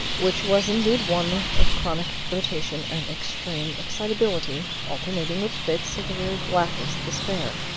which was indeed one of chronic irritation and extreme excitability, alternating with fits of the very blackest despair.